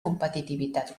competitivitat